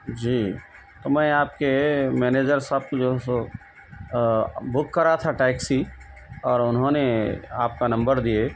جی تو میں آپ کے مینیجر صاحب کو جو ہے سو بک کرا تھا ٹیکسی اور انھوں نے آپ کا نمبر دیے